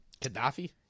Gaddafi